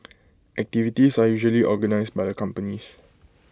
activities are usually organised by the companies